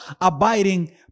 abiding